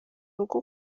rugo